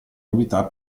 novità